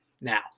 now